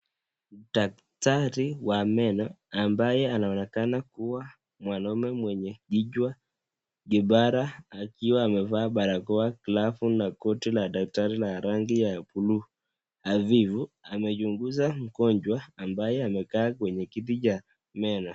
Daktari wa meno ambaye anaonekana kuwa mwanaume mwenye kichwa kipara akiwa amevaa barakoa ,glavu na koti la daktari la rangi ya bluu hafifu anachunguza mgonjwa ambaye amekaa kwenye kiti cha meno.